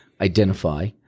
identify